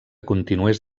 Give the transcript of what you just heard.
continués